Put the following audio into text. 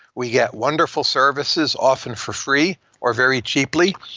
we get wonderful services, often for free or very cheaply.